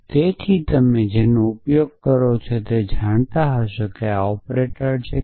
અને તેથી તમે જાણો છો કે આ કટ ઓપરેટર છે